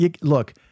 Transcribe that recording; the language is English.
look